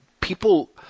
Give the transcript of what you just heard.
people